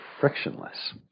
frictionless